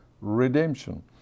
redemption